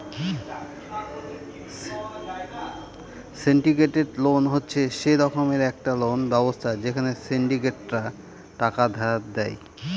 syndicated loan হচ্ছে সে রকমের একটা লোন ব্যবস্থা যেখানে সিন্ডিকেটরা টাকা ধার দেয়